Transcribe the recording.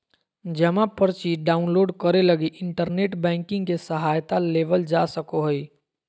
जमा पर्ची डाउनलोड करे लगी इन्टरनेट बैंकिंग के सहायता लेवल जा सको हइ